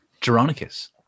Geronicus